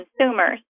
consumers